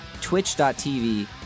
Twitch.tv